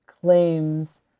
claims